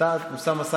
נוכח ומוותר,